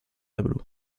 tableau